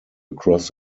across